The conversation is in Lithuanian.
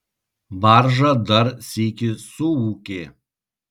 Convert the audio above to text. barža dar sykį suūkė